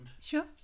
sure